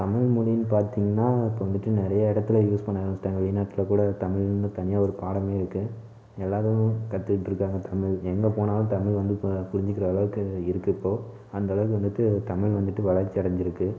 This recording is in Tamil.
தமிழ் மொழின்னு பார்த்தீங்கன்னா இப்போ வந்துட்டு நிறைய இடத்தில் யூஸ் பண்ண ஆரம்பிச்சுட்டாங்க வெளிநாட்டில்கூட தமிழ்னு தனியாக ஒரு பாடமே இருக்குது எல்லாேரும் கற்றுட்டு இருக்காங்க தமிழ் எங்கே போனாலும் தமிழ் வந்து இப்போ புரிஞ்சுக்கிற அளவுக்கு இருக்குது இப்போது அந்த அளவுக்கு வந்துட்டு தமிழ் வந்துட்டு வளர்ச்சி அடைஞ்சுருக்கு